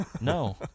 No